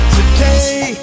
Today